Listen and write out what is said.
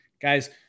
Guys